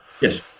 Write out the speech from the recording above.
Yes